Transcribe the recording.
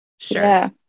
Sure